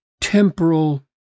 temporal